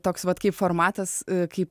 toks vat kai formatas kai